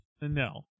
No